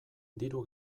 diru